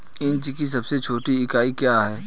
Inch की सबसे छोटी इकाई क्या है?